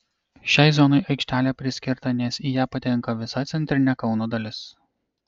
šiai zonai aikštelė priskirta nes į ją patenka visa centrinė kauno dalis